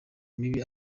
mibi